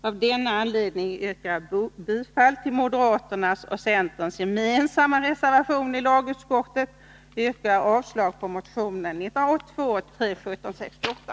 Av denna anledning yrkar jag bifall till moderaternas och centerns gemensamma reservation i lagutskottets betänkande och avslag på motionen 1982/83:1768.